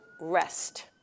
rest